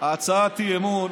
הצעת האי-אמון